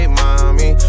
mommy